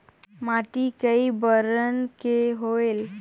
माटी कई बरन के होयल?